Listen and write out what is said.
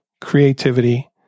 Creativity